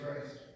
Christ